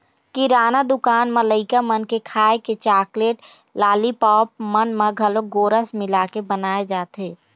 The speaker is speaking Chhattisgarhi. किराना दुकान म लइका मन के खाए के चाकलेट, लालीपॉप मन म घलोक गोरस मिलाके बनाए जाथे